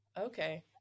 okay